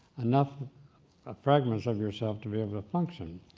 enough ah fragments of yourself to be able to function,